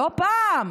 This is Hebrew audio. לא פעם,